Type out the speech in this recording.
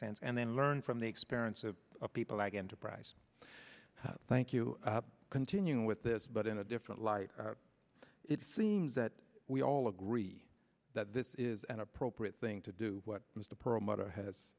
sense and then learn from the experience of people like enterprise thank you continuing with this but in a different light it seems that we all agree that this is an appropriate thing to do what was the promoter